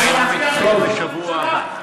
אתה מצביע נגד ראש הממשלה?